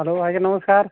hello ଆଜ୍ଞା ନମସ୍କାର୍